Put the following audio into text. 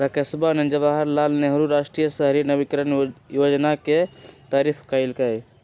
राकेशवा ने जवाहर लाल नेहरू राष्ट्रीय शहरी नवीकरण योजना के तारीफ कईलय